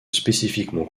spécifiquement